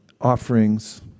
offerings